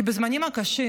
כי בזמנים הקשים,